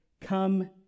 come